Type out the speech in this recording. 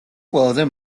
ყველაზე